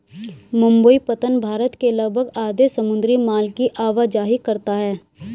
मुंबई पत्तन भारत के लगभग आधे समुद्री माल की आवाजाही करता है